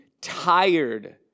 tired